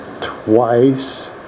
twice